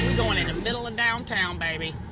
so in in the middle of downtown, baby.